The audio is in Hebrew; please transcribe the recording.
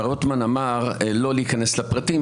מר רוטמן אמר לא להיכנס לפרטים,